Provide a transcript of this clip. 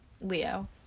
Leo